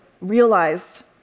realized